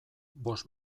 bost